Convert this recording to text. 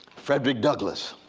fredrick douglass.